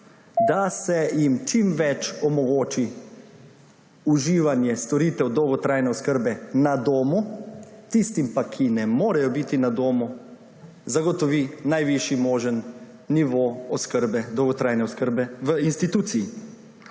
da se jim v čim večji meri omogoči uživanje storitev dolgotrajne oskrbe na domu, tistim pa, ki ne morejo biti na domu, zagotovi najvišji možen nivo dolgotrajne oskrbe v instituciji.